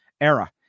era